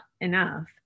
enough